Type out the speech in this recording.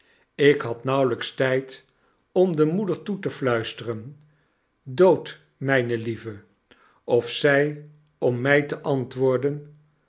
ik had nauwelyks tyd om de moeder toe te ftuisteren dood mpelieve of zfl om my te antwoorden